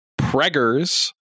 Preggers